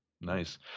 nice